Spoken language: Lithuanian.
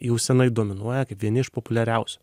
jau seniai dominuoja kaip vieni iš populiariausių